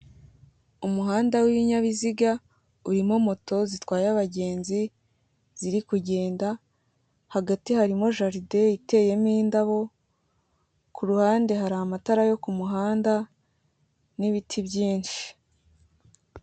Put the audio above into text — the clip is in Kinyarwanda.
Umuhanda w'ibinyabiziga, urimo moto zitwaye abagenzi ziri kugenda, hagati harimo jaride iteyemo indabo, ku ruhande hari amatara yo ku muhanda n'ibiti byinshi.